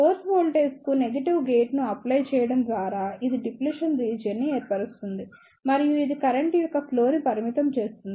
source వోల్టేజ్కు negative గేట్ను apply చేయడం ద్వారా ఇది డిఫ్లేషన్ రీజియన్ ని ఏర్పరుస్తుంది మరియు ఇది కరెంట్ యొక్క ఫ్లో ని పరిమితం చేస్తుంది